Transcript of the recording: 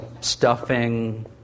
stuffing